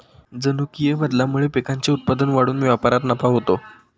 जनुकीय बदलामुळे पिकांचे उत्पादन वाढून व्यापारात नफा होतो